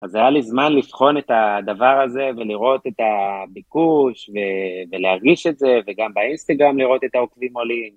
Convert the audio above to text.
אז היה לי זמן לבחון את הדבר הזה, ולראות את הביקוש, ולהרגיש את זה, וגם באינסטגרם לראות את העוקבים עולים.